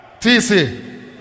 TC